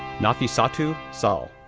nafissatou sall,